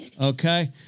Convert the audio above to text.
Okay